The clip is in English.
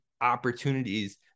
opportunities